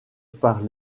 par